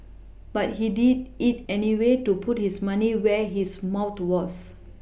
but he did it anyway to put his money where his mouth was